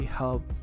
help